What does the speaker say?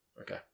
okay